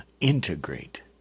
integrate